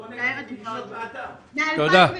מ-2008,